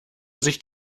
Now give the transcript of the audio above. sich